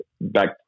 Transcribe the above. back